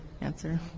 answer